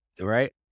Right